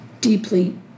deeply